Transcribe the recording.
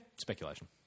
speculation